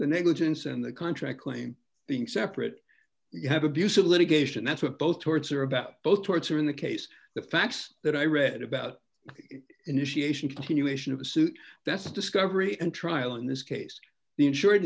the negligence and the contract claim being separate you have abusive litigation that's what both towards or about both torts or in the case the facts that i read about initiation continuation of a suit that's discovery and trial in this case the insur